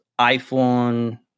iPhone